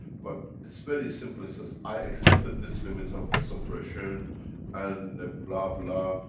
but it's very simple, he says, i accepted this limit of separation and ah bla bla,